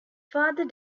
father